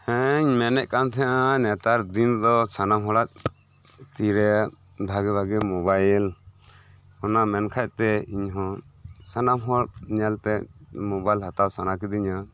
ᱦᱮᱧ ᱢᱮᱱᱮᱫ ᱠᱟᱱᱛᱟᱦᱮᱸᱫᱼᱟ ᱱᱮᱛᱟᱨ ᱫᱤᱱ ᱫᱚ ᱥᱟᱱᱟᱢ ᱦᱚᱲᱟᱜ ᱛᱤᱨᱮ ᱵᱷᱟᱜᱮᱹ ᱵᱷᱟᱜᱮᱹ ᱢᱳᱵᱟᱭᱤᱞ ᱚᱱᱟ ᱢᱮᱱᱠᱷᱟᱱᱯᱮ ᱤᱧᱦᱚᱸ ᱥᱟᱱᱟᱢ ᱦᱚᱲ ᱧᱮᱞᱛᱮ ᱢᱳᱵᱟᱭᱤᱞ ᱦᱟᱛᱟᱣ ᱥᱟᱱᱟ ᱠᱤᱫᱤᱧᱟ